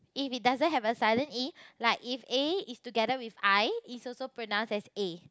if it doesn't have a silent E like if A is together with I is also pronounced as A